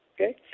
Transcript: Okay